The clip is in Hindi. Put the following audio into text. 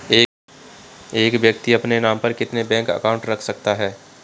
एक व्यक्ति अपने नाम पर कितने बैंक अकाउंट रख सकता है?